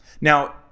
Now